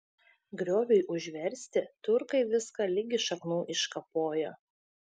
grioviui užversti turkai viską ligi šaknų iškapojo